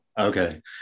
Okay